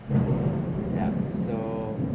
yeah so